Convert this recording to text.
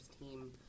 team